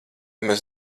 maz